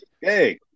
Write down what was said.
Hey